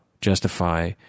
justify